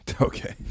Okay